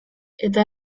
eta